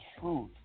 truth